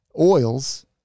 oils